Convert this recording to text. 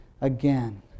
again